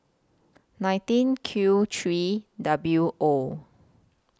nineteen Q three W O